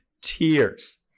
tears